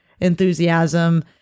enthusiasm